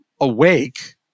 awake